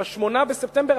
ב-8 בספטמבר,